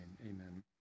amen